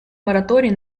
мораторий